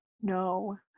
No